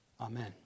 Amen